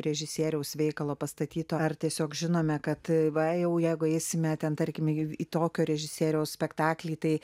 režisieriaus veikalo pastatyto ar tiesiog žinome kad va jau jeigu eisime ten tarkim į tokio režisieriaus spektaklį tai